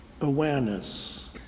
awareness